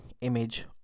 image